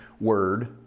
word